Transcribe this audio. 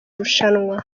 rushanwa